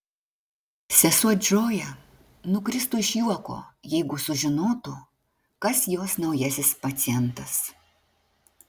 sesuo džoja nukristų iš juoko jeigu sužinotų kas jos naujasis pacientas